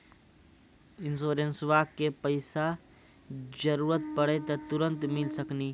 इंश्योरेंसबा के पैसा जरूरत पड़े पे तुरंत मिल सकनी?